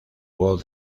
voz